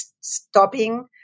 stopping